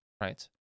right